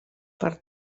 per